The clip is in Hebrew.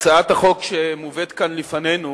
הצעת החוק שמובאת כאן בפנינו